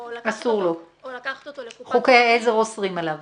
או לקחת אותו --- חוקי עזר אוסרים עליו.